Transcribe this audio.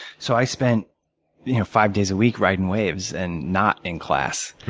so i spent five days a week riding waves and not in class.